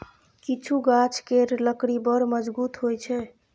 किछु गाछ केर लकड़ी बड़ मजगुत होइ छै